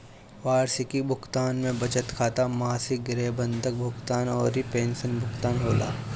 वार्षिकी भुगतान में बचत खाता, मासिक गृह बंधक भुगतान अउरी पेंशन भुगतान होला